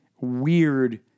weird